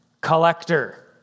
collector